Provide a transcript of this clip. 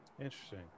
Interesting